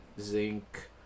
zinc